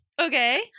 Okay